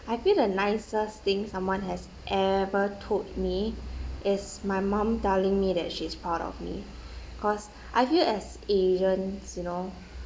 I feel the nicest thing someone has ever told me is my mum telling me that she is proud of me cause I feel as asians you know